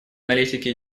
аналитики